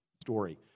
story